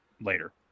later